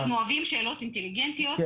אנחנו אוהבים שאלות אינטליגנטיות,